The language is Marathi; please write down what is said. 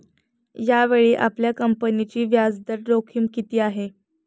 यावेळी आपल्या कंपनीची व्याजदर जोखीम किती आहे?